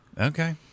Okay